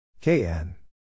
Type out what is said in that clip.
KN